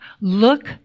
look